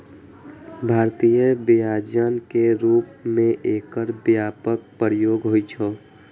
भारतीय व्यंजन के रूप मे एकर व्यापक प्रयोग होइ छै